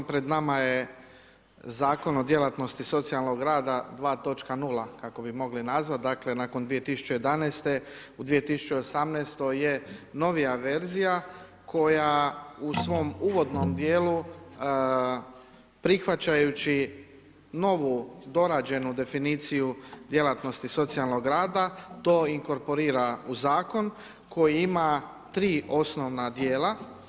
Pred nama je Zakon o djelatnosti socijalnog rada, 2.0 kako bi mogli nazvati, dakle nakon 2011., u 2018. je novija verzija koja u svom uvodnom djelu prihvaćajući novi dorađenu definiciju djelatnosti socijalnog rada, to inkorporira u zakon koji ima tri osnovna djela.